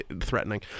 threatening